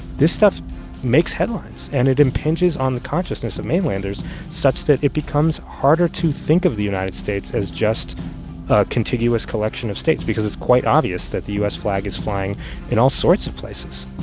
this stuff makes headlines. and it impinges on the consciousness of mainlanders such that it becomes harder to think of the united states as just a contiguous collection of states because it's quite obvious that the u s. flag is flying in all sorts of places